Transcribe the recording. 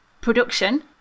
production